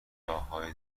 راههای